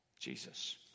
Jesus